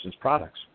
products